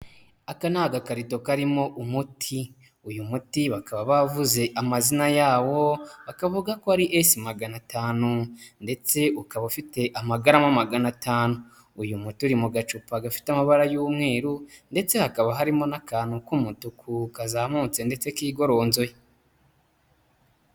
Aka ni agakarito karimo umuti, uyu muti bakaba bavuze amazina yawo, bakavuga ko ari esi magana atanu ndetse ukaba ufite amagarama magana atanu, uyu muti uri mu gacupa gafite amabara y'umweru ndetse hakaba harimo n'akantu k'umutuku kazamutse ndetse kigoronzoye.